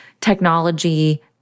technology